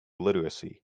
literacy